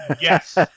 yes